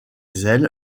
zèle